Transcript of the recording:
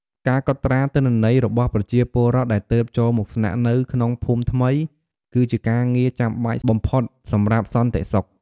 ការកត់ត្រា ទិន្នន័យរបស់ប្រជាពលរដ្ឋដែលទើបចូលមកស្នាក់នៅក្នុងភូមិថ្មី គឺជាការងារចាំបាច់បំផុតសម្រាប់សន្តិសុខ។